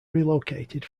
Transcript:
relocated